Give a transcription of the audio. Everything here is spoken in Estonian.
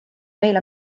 meil